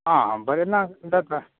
आं बरें ना जाता